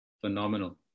Phenomenal